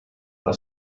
have